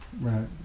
Right